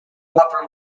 upper